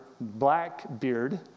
Blackbeard